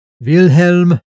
Wilhelm